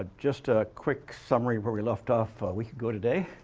ah just a quick summary of where we left off a week ago today.